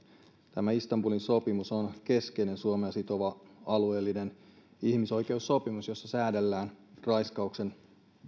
tämä istanbulin sopimus on keskeinen suomea sitova alueellinen ihmisoikeussopimus jossa säädellään raiskauksen